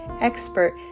expert